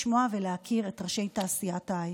לשמוע ולהכיר את ראשי תעשיית ההייטק.